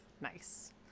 nice